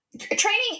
training